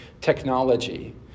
technology